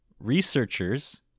Researchers